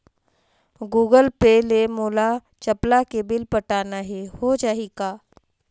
Google Pay ले मोल चपला के बिल पटाना हे, हो जाही का?